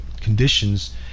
conditions